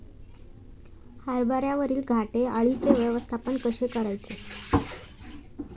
हरभऱ्यावरील घाटे अळीचे व्यवस्थापन कसे करायचे?